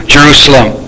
Jerusalem